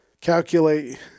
calculate